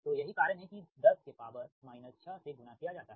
तो यही कारण है कि 10 6 से गुणा किया जाता है